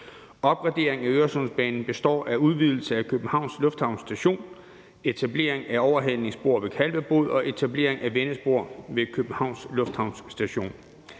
Opgraderingen af Øresundsbanen består af en udvidelse af Københavns Lufthavn Station, etablering af overhalingspor ved Kalvebod og etablering af vendespor ved Københavns Lufthavn Station.